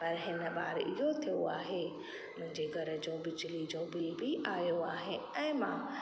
पर हिन बार इहो थियो आहे मुंहिंजे घर जो बिजली जो बिल बि आयो आहे ऐं मां